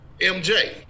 MJ